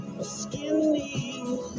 skinny